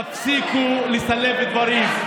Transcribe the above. תפסיקו לסלף דברים.